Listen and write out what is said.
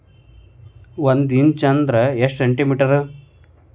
ಒಂದಿಂಚು ಅಂದ್ರ ಎಷ್ಟು ಸೆಂಟಿಮೇಟರ್?